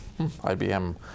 IBM